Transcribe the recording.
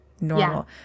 normal